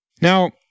Now